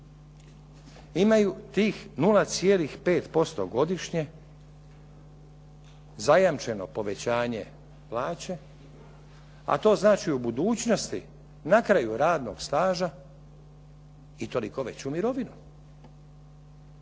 Imaju tih 0,5% godišnje zajamčeno povećanje plaće a to znači u budućnosti na kraju radnog staža i toliko veću mirovinu.